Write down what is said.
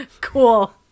cool